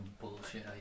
bullshit